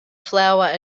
flower